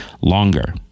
longer